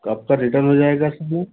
क आपका रिटर्न हो जाएगा सामान